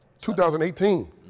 2018